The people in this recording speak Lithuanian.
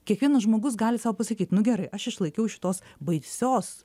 kiekvienas žmogus gali sau pasakyt nu gerai aš išlaikiau šitos baisios